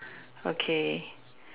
okay